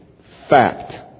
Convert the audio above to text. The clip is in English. Fact